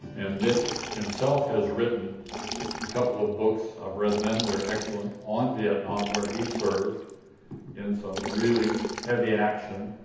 and nick himself has written a couple of books. i've read them. they're excellent. on vietnam, where he's served in some really heavy action.